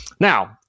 Now